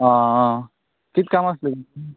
आं आं कितें काम आसलें